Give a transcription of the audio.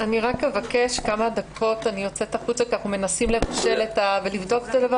אני במקשת לצאת כמה דקות כי אנחנו מנסים לבדוק את זה,